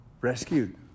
rescued